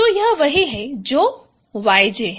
तो यह वही है जो yj है